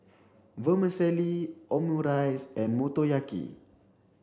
Vermicelli Omurice and Motoyaki